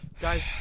guys